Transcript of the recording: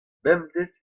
bemdez